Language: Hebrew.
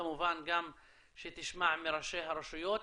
כמובן גם שתשמע מראשי הרשויות,